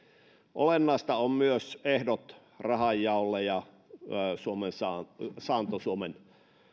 olennaisia ovat myös ehdot rahanjaolle ja saanto suomen